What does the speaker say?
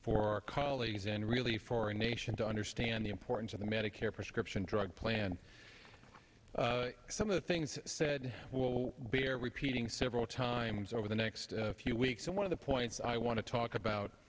our colleagues and really for a nation to understand the importance of the medicare prescription drug plan some of the things said we're repeating several times over the next few weeks and one of the points i want to talk about